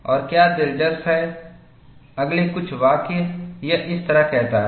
और क्या दिलचस्प है अगले कुछ वाक्य यह इस तरह कहता है